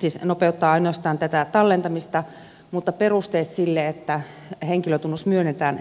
siis nopeuttaa ainoastaan tätä tallentamista mutta perusteet sille että henkilötunnus myönnetään eivät muutu